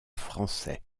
français